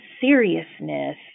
seriousness